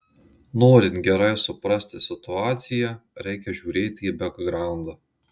norint gerai suprasti situaciją reikia žiūrėti į bekgraundą